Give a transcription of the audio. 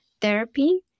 therapy